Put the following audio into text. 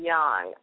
Young